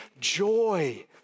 joy